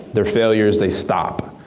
their failures, they stop.